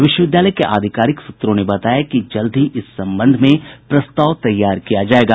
विश्वविद्यालय के आधिकारिक सूत्रों ने बताया कि जल्द ही इस संबंध में प्रस्ताव तैयार किया जायेगा